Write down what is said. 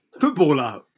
Footballer